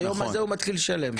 ביום הזה הוא מתחיל לשלם?